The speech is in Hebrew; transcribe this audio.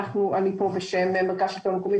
אני פה בשם מרכז השלטון המקומי,